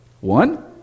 one